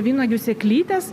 vynuogių sėklytes